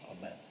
amen